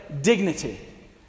dignity